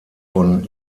von